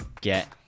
get